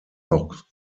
noch